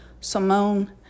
Simone